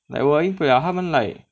like 我赢不了他们 like